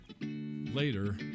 Later